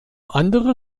andere